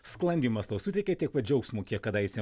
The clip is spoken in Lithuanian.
sklandymas tau suteikė tiek pat džiaugsmo kiek kadaise